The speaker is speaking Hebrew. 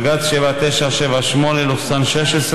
בג"ץ 7978/16,